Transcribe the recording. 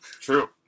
true